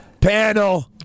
panel